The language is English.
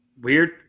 Weird